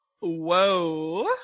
Whoa